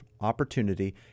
opportunity